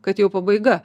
kad jau pabaiga